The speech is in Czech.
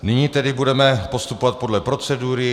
Nyní tedy budeme postupovat podle procedury.